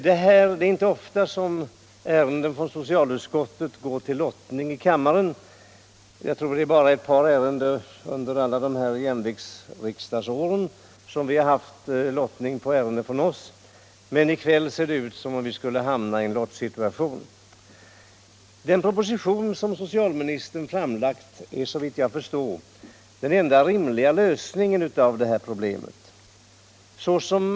Det är inte ofta som ärenden från socialutskottet går till lottning i kammaren. Jag tror att vi under jämviktsåren bara har haft lottning i ett par ärenden från oss. Men det ser ut som om vi i kväll skulle hamna i en lottsituation. Den proposition som socialministern framlagt innehåller, såvitt jag förstår, den enda rimliga lösningen av det här problemet.